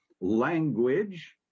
language